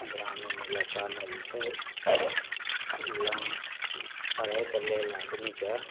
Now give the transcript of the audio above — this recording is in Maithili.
ग्रामीण इलाकामे जे छै लोन पढ़ैके लेल आदमीकेँ